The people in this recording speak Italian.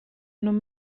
non